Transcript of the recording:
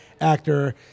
actor